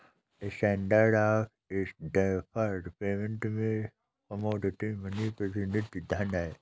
standard of deferred payment में commodity money प्रतिनिधि धन हैं